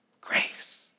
Grace